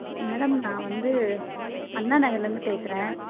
madam நான் வந்து அண்ணா நகரிலேர்ந்து பேசுகிறேன்